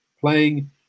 playing